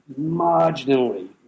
marginally